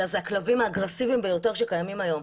אלא זה הכלבים האגרסיביים ביותר שקיימים היום.